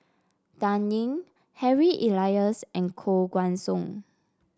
Dan Ying Harry Elias and Koh Guan Song